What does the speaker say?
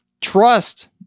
trust